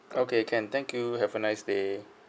okay can thank you have a nice day